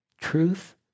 truth